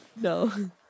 No